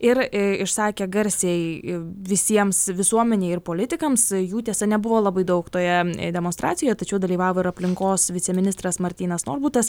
ir išsakė garsiai visiems visuomenei ir politikams jų tiesa nebuvo labai daug toje demonstracijoje tačiau dalyvavo ir aplinkos viceministras martynas norbutas